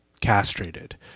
castrated